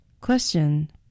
Question